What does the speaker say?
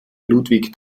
ludwig